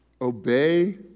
Obey